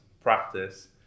practice